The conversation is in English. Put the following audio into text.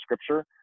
scripture